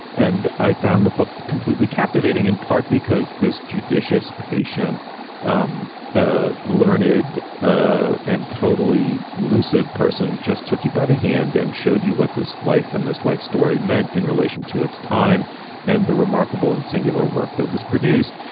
and i found the book completely captivating, in part because this judicious patient um ah learned ah and learned and totally lucid person just took you by the hand and showed you what this life and this life story meant in relation to its time and the remarkable and singular work that was produced.